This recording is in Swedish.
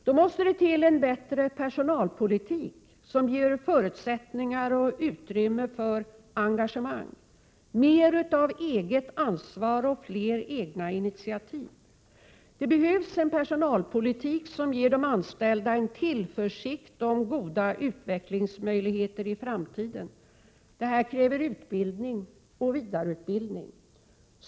Då måste det till en bättre personalpolitik, som ger förutsättningar och utrymme för 45 engagemang samt mer av eget ansvar och flera egna initiativ. Det behövs en personalpolitik som ger de anställda en tillförsikt om goda utvecklingsmöjligheter i framtiden. Detta kräver utbildning och vidareutbildning.